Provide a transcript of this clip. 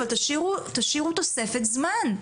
אבל תשאירו תוספת זמן.